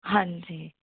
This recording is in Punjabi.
ਹਾਂਜੀ